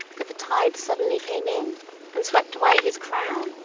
but the tide suddenly came in and swept away his crown,